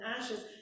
ashes